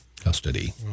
custody